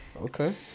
Okay